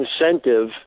incentive